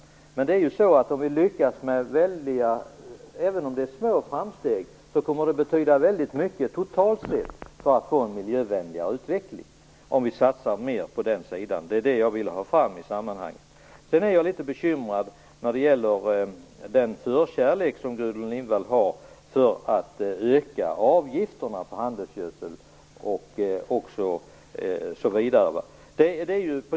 Även om vi bara lyckas göra små framsteg där kommer de att betyda väldigt mycket totalt sett för att få en miljövänligare utveckling. Det är detta jag vill ha fram i sammanhanget. Sedan är jag litet bekymrad när det gäller den förkärlek som Gudrun Lindvall har för att öka avgifterna på handelsgödsel osv.